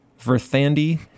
Verthandi